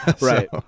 Right